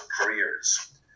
careers